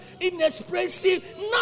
inexpressive